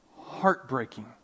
heartbreaking